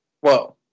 Whoa